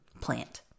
plant